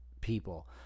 people